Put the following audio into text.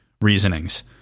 reasonings